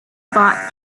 bought